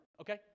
okay